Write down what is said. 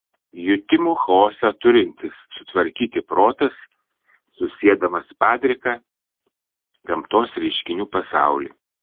jutimų chaosą turintis sutvarkyti protas susiedamas padriką gamtos reiškinių pasaulį